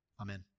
Amen